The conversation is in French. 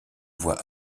voit